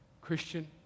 Christian